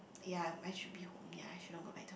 ya I should be home ya I should not go back to hall